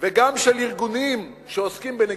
וגם של ארגונים שעוסקים בנגישות,